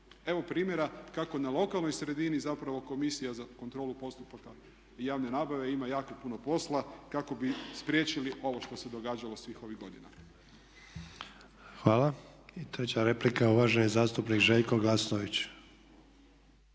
Evo primjera kako na lokalnoj sredini zapravo komisija za kontrolu postupaka javne nabave ima jako puno posla kao bi spriječili ovo što se događalo svih ovih godina. **Sanader, Ante (HDZ)** Hvala. I treća replika uvaženi zastupnik Željko Glasnović.